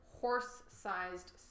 horse-sized